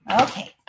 Okay